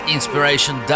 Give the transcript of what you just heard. Inspiration